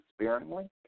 sparingly